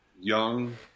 young